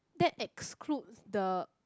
that excludes the